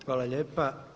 Hvala lijepa.